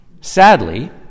Sadly